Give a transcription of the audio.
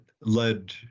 led